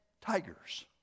tigers